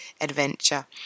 Adventure